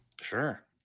Sure